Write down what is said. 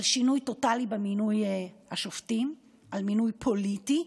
על שינוי טוטלי במינוי השופטים, על מינוי פוליטי.